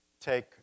take